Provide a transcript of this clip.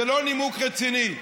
זה לא נימוק רציני.